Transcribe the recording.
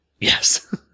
yes